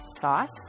sauce